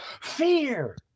Fear